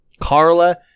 Carla